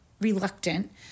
reluctant